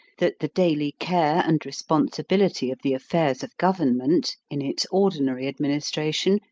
that the daily care and responsibility of the affairs of government, in its ordinary administration,